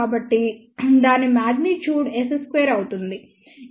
కాబట్టి దాని magnitude S 2 అవుతుంది